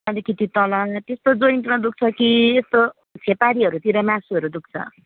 अलिकति तल त्यस्तो जोइन्टमा दुख्छ कि यस्तो छेपारीहरूतिर मासुहरू दुख्छ